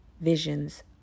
visions